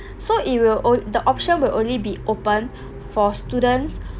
so it will on~ the option will only be open for students